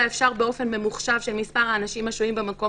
למעט לבקשת אדם עם מוגבלות אשר זקוק לסיוע בהכנסת המשלוח לביתו.